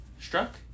Struck